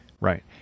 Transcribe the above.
Right